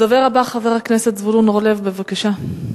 הדובר הבא, חבר הכנסת זבולון אורלב, בבקשה.